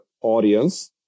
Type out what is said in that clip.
audience